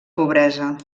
pobresa